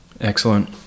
Excellent